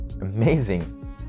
amazing